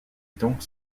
donc